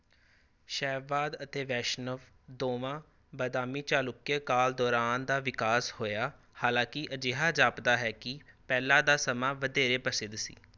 ਸ਼ੈਵਵਾਦ ਅਤੇ ਵੈਸ਼ਨਵ ਦੋਵਾਂ ਬਾਦਾਮੀ ਚਾਲੁਕੇ ਕਾਲ ਦੌਰਾਨ ਦਾ ਵਿਕਾਸ ਹੋਇਆ ਹਾਲਾਂਕਿ ਅਜਿਹਾ ਜਾਪਦਾ ਹੈ ਕੀ ਪਹਿਲਾਂ ਦਾ ਸਮਾਂ ਵਧੇਰੇ ਪ੍ਰਸਿੱਧ ਸੀ